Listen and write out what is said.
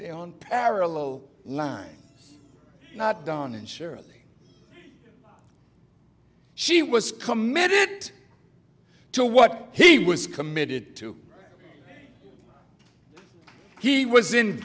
they're on parallel lines not down and surely she was committed to what he was committed to he was in